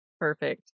Perfect